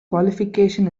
qualification